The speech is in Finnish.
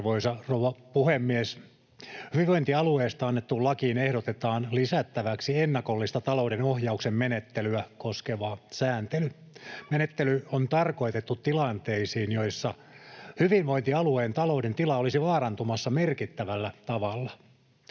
rouva puhemies! Hyvinvointialueista annettuun lakiin ehdotetaan lisättäväksi ennakollista talouden ohjauksen menettelyä koskeva sääntely. Menettely on tarkoitettu tilanteisiin, joissa hyvinvointialueen talouden tila olisi vaarantumassa merkittävällä tavalla.